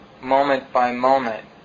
moment-by-moment